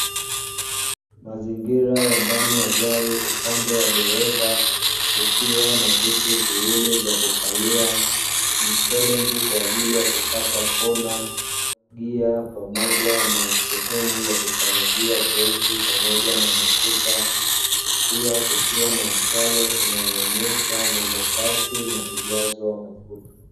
Mazingira ya ndani ya gari upande wa dereva kukiwa na viti viwili vya kukalia, msteringi kwa ajili ya kukata kona, gia pamoja na sehemu ya kukanyagia breki pamoja na mafuta. Pia kukiwa na mshale unaoonyesha mwendokasi na ujazo wa mafuta.